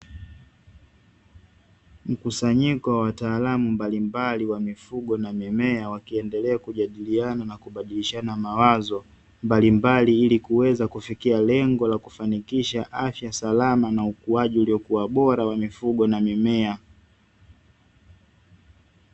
Mkusanyiko wa wataalamu mbalimbali wa mifugo na mimea wakiendelea kujadiliana na kubadilishana mawazo mbalimbali ili kuweza kufikia lengo la kufanikisha afya salama na ukuaji uliokuwa bora wa mifugo na mimea.